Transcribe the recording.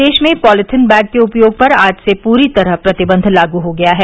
प्रदेश में polythene bag के उपयोग पर आज से पूरी तरह प्रतिबंध लागू हो गया है